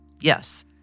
Yes